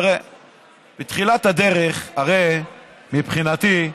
בתחילת הדרך, מבחינתי,